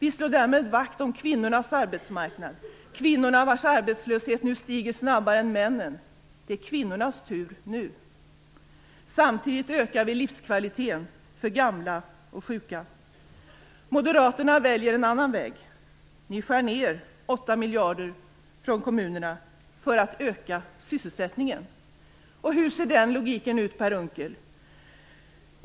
Vi slår därmed vakt om kvinnornas arbetsmarknad, kvinnorna vars arbetslöshet nu stiger snabbare än männens. Det är kvinnornas tur nu. Samtidigt ökar vi livskvaliteten för gamla och sjuka. Moderaterna väljer en annan väg. De skär ned 8 miljarder från kommunerna för att öka sysselsättningen. Hur ser den logiken ut, Per Unckel?